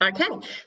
Okay